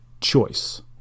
choice